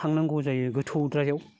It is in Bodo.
थांनांगौ जायो गोथौद्रायाव